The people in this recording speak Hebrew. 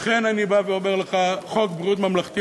לכן אני בא ואומר לך: חוק ביטוח בריאות ממלכתי,